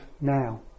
now